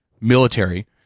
military